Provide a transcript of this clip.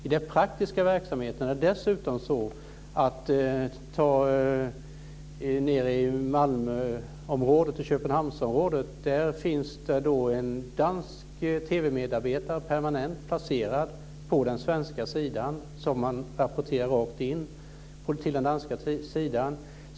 I den praktiska verksamheten finns det t.ex. i Malmö-Köpenhamns-området en permanent dansk medarbetare placerad på den svenska sidan som rapporterar direkt till den danska sidan.